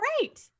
great